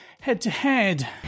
Head-to-head